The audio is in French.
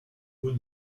haut